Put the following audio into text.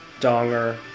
donger